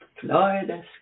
Florida